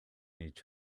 each